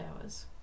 hours